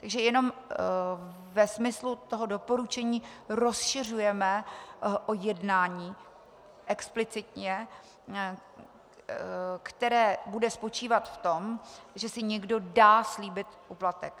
Takže jenom ve smyslu toho doporučení rozšiřujeme o jednání explicitně, které bude spočívat v tom, že si někdo dá slíbit úplatek.